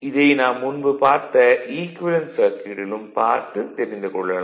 இதை நாம் முன்பு பார்த்த ஈக்குவேலன்ட் சர்க்யூட்டிலும் பார்த்து தெரிந்து கொள்ளலாம்